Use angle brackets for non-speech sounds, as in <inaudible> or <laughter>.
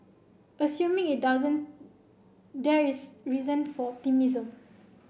assuming it doesn't there is reason for <unintelligible>